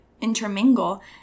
intermingle